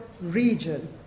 region